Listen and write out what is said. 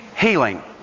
healing